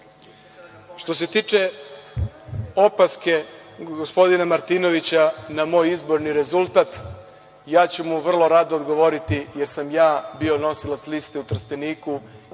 se tiče opaske gospodina Martinovića na moj izborni rezultat, ja ću mu vrlo rado odgovoriti, jer sam ja bio nosilac liste u Trsteniku